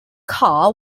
car